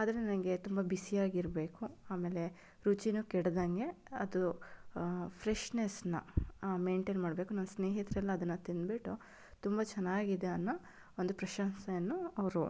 ಆದರೆ ನನಗೆ ತುಂಬ ಬಿಸಿಯಾಗಿರಬೇಕು ಆಮೇಲೆ ರುಚಿಯೂ ಕೆಡದಂತೆ ಅದು ಫ್ರೆಶ್ನೆಸ್ಸನ್ನು ಮೈನ್ಟೈನ್ ಮಾಡಬೇಕು ನನ್ನ ಸ್ನೇಹಿತರೆಲ್ಲ ಅದನ್ನು ತಿನ್ನ್ಬಿಟ್ಟು ತುಂಬ ಚೆನ್ನಾಗಿದೆ ಅನ್ನೋ ಒಂದು ಪ್ರಶಂಸೆಯನ್ನು ಅವರು